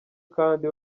kandi